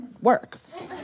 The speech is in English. works